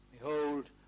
Behold